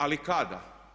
Ali kada?